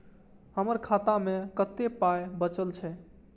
हमर खाता मे कतैक पाय बचल छै